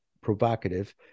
provocative